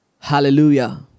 Hallelujah